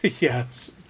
Yes